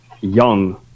young